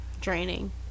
Draining